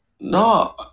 No